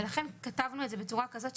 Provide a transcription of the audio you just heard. ולכן כתבנו את זה בצורה כזאת.